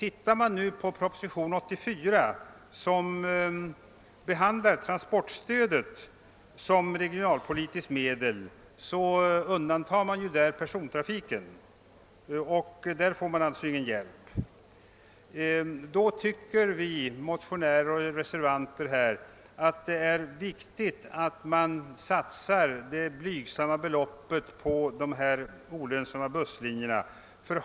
I proposition 84, som behandlar transportstödet såsom regionalpolitiskt medel, undantas persontrafiken. Där får man alltså ingen hjälp. Vi motionärer och reservanter tycker emellertid att det är viktigt att satsa detta blygsamma belopp på de olönsamma busslinjerna.